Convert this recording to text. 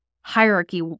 hierarchy